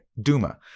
Duma